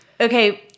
Okay